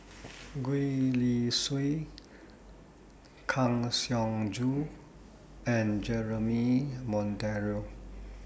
Gwee Li Sui Kang Siong Joo and Jeremy Monteiro